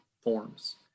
forms